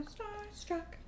Starstruck